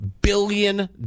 billion